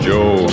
Joe